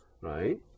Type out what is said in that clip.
right